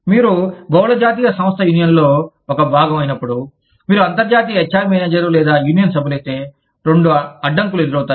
మీరు బహుళ జాతీయ సంస్థ యూనియన్లో ఒక భాగం అయినప్పుడు మీరు అంతర్జాతీయ హెచ్ఆర్ మేనేజర్ లేదా యూనియన్ సభ్యులైతే రెండు అడ్డంకులు ఎదురవుతాయి